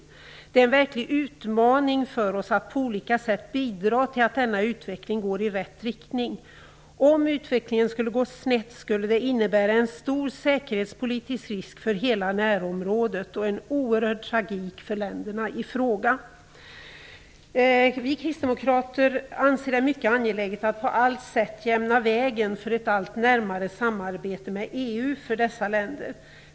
Det är en verklig utmaning för oss att på olika sätt bidra till att denna utveckling går i rätt riktning. Om utvecklingen skulle gå snett, skulle det innebära en stor säkerhetspolitisk risk för hela närområdet och en oerhörd tragik för länderna i fråga. Vi kristdemokrater anser det vara mycket angeläget att på allt sätt jämna vägen för ett allt närmare samarbete med EU för dessa länder.